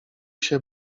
się